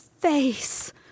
Face